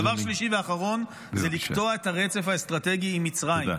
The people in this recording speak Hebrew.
דבר שלישי ואחרון הוא לקטוע את הרצף האסטרטגי עם מצרים,